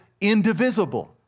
indivisible